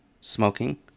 smoking